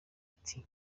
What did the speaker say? ati